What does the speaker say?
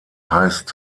heißt